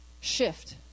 Shift